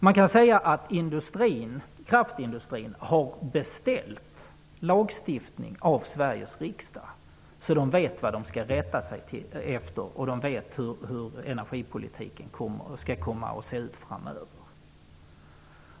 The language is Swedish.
Man kan säga att kraftindustrin har beställt lagstiftning på detta område av Sveriges riksdag, så att den vet vad den har att rätta sig efter och hur energipolitiken skall komma att se ut framöver.